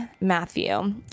Matthew